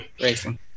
racing